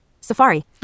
Safari